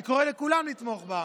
אני קורא לכולם לתמוך בה.